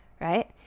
right